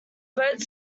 boat